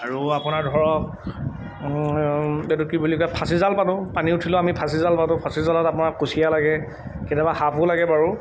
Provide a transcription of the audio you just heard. আৰু আপোনাৰ ধৰক এইটো কি বুলি কয় ফাঁচি জাল পাতোঁ পানী উঠিলেও আমি ফাঁচি জাল পাতোঁ ফাঁচি জালত আপোনাৰ কুঁচিয়া লাগে কেতিয়াবা সাপো লাগে বাৰু